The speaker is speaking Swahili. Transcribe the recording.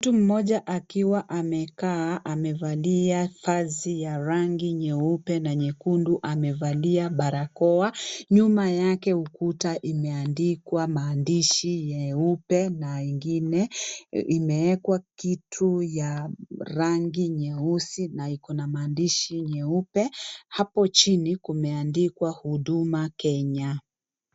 Mtu mmoja akiwa amekaa amevalia vazi ya rangi nyeupe na nyekundu amevalia barakoa. Nyuma yake kuta imeandikwa maandishi nyeupe na ingine imewekwa kitu ya rangi nyeusi na iko na maandishi nyeupe. Hapo chini kumeandikwa huduma Kenya.